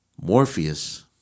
Morpheus